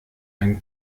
einen